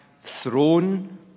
throne